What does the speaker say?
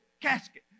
casket